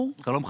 אתה לא מחכה.